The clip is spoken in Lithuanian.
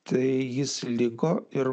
tai jis liko ir